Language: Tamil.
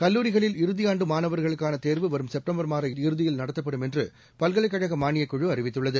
கல்லூரிகளில் இறுதியாண்டு மாணவர்களுக்கான தேர்வு வரும் செப்டம்பர் மாத இறுதியில் நடத்தப்படும் என்று பல்கலைக் கழக மானியக் குழு அறிவித்துள்ளது